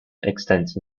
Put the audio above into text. extends